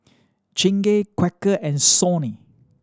Chingay Quaker and Sony